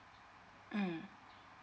mm